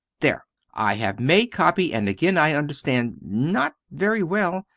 there i have made copy, and again i understand not very well.